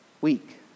week